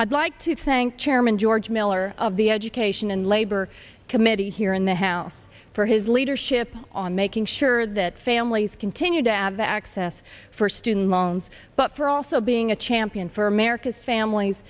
i'd like to thank chairman george miller of the education and labor committee here in the house for his leadership on making sure that families continue to have access for student loans but for also being a champion for america's families